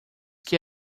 que